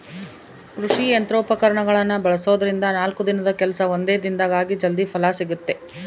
ಕೃಷಿ ಯಂತ್ರೋಪಕರಣಗಳನ್ನ ಬಳಸೋದ್ರಿಂದ ನಾಲ್ಕು ದಿನದ ಕೆಲ್ಸ ಒಂದೇ ದಿನದಾಗ ಆಗಿ ಜಲ್ದಿ ಫಲ ಸಿಗುತ್ತೆ